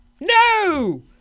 No